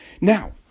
Now